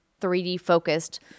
3D-focused